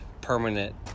permanent